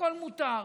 הכול מותר,